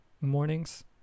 mornings